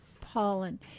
pollen